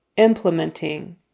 Implementing